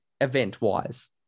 event-wise